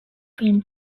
film